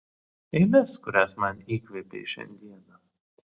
eiles kurias man įkvėpei šiandieną